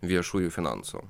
viešųjų finansų